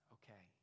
okay